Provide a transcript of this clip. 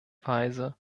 weise